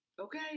Okay